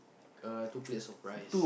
uh two plates of rice